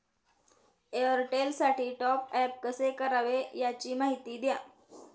एअरटेलसाठी टॉपअप कसे करावे? याची माहिती द्या